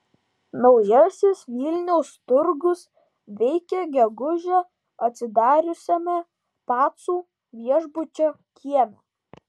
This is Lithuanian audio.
naujasis vilniaus turgus veikia gegužę atsidariusiame pacų viešbučio kieme